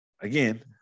Again